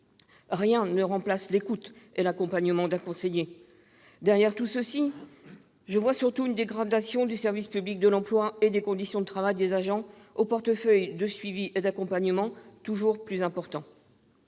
Rien ne remplace l'écoute et l'accompagnement d'un conseiller ! Derrière tout cela, je vois surtout une dégradation du service public de l'emploi et des conditions de travail des agents, aux portefeuilles de suivi et d'accompagnement toujours plus fournis.